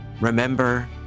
Remember